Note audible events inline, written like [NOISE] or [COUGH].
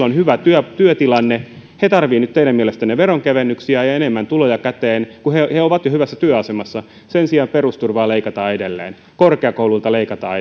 [UNINTELLIGIBLE] on hyvä työtilanne tarvitsevat nyt teidän mielestänne veronkevennyksiä ja ja enemmän tuloja käteen kun he he ovat jo hyvässä työasemassa sen sijaan perusturvaa leikataan edelleen korkeakouluilta leikataan [UNINTELLIGIBLE]